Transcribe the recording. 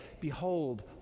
Behold